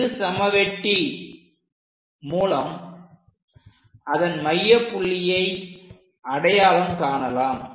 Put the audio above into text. இருசம வெட்டி மூலம் அதன் மையப் புள்ளியை அடையாளம் காணலாம்